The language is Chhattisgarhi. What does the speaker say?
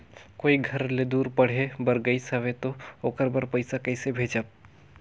कोई घर ले दूर पढ़े बर गाईस हवे तो ओकर बर पइसा कइसे भेजब?